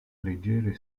leggere